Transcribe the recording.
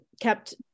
kept